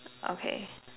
okay